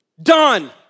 done